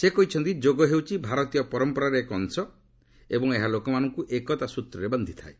ସେ କହିଛନ୍ତି ଯୋଗ ହେଉଛି ଭାରତୀୟ ପରମ୍ପରାର ଏକ ଅଂଶ ଏବଂ ଏହା ଲୋକମାନଙ୍କୁ ଏକତା ସ୍ତ୍ରରେ ବାନ୍ଧିଥାଏ